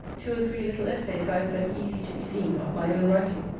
two or three little essays i have left easy to be seen, of my own writing.